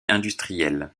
industrielle